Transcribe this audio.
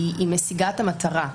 משיגה את המטרה.